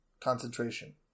concentration